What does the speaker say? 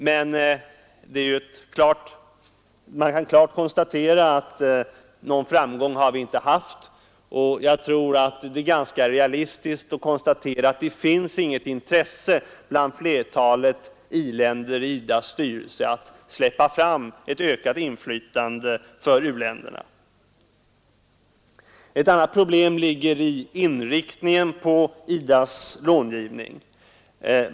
Vi har därvidlag inte haft någon framgång, och jag tror att det är realistiskt att konstatera att det inte finns något intresse bland flertalet industriländer i IDA:s styrelse att släppa fram ett ökat inflytande för u-länderna. Ett annat problem ligger i inriktningen på IDA:s långivning.